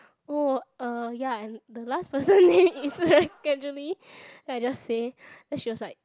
oh uh ya and the last person name is then I just say then she was like